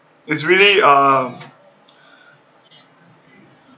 it's really uh